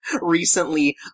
recently